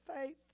faith